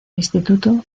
instituto